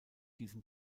diesem